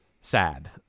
sad